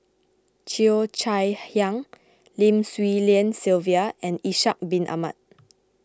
Cheo Chai Hiang Lim Swee Lian Sylvia and Ishak Bin Ahmad